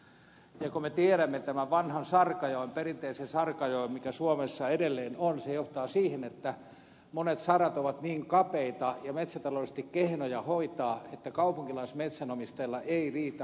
ja kun me tiedämme tämän vanhan sarkajaon perinteisen sarkajaon mikä suomessa edelleen on se johtaa siihen että monet sarat ovat niin kapeita ja metsätaloudellisesti kehnoja hoitaa että kaupunkilaismetsänomistajalla ei riitä halua tähän